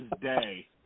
day